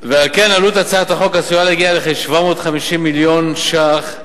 ועל כן עלות הצעת החוק עשויה להגיע לכ-750 מיליון שקל,